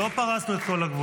לא פרצנו את כל הגבולות.